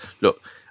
Look